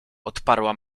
odparła